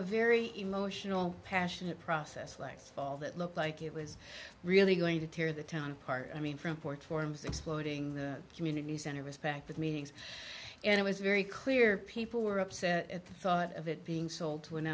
a very emotional passionate process like that looked like it was really going to tear the town apart i mean from port forums exploding the community center was packed with meetings and it was very clear people were upset at the thought of it being sold to an